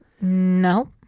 No